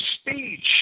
speech